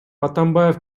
атамбаев